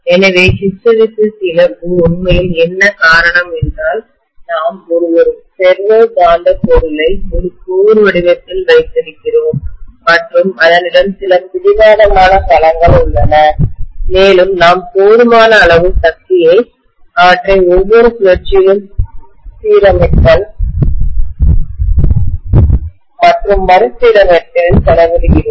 எனவே ஹிஸ்டெரெசிஸ் இழப்பு உண்மையில் என்ன காரணம் என்றால் நாம் ஒரு ஃபெரோ காந்தப் பொருளை ஒரு மைய கோர் வடிவத்தில் வைத்திருக்கிறோம் மற்றும் அதனிடம் சில பிடிவாதமான களங்கள் உள்ளன மேலும் நாம் போதுமான அளவு சக்தியை அவற்றை ஒவ்வொரு சுழற்சியிலும் சீரமைத்தல் மற்றும் மறுசீரமைத்தல் இல் செலவிடுகிறோம்